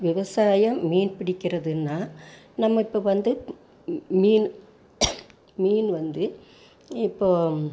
விவசாயம் மீன் பிடிக்கிறதுன்னா நம்ம இப்போ வந்து மீன் மீன் வந்து இப்போது